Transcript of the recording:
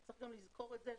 אז צריך גם לזכור את זה,